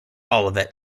olivet